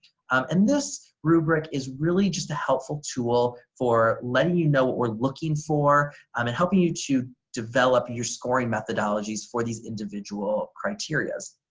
and this rubric is really just a helpful tool for letting you know what we're looking for um and helping you to develop your scoring methodologies for these individual criterias.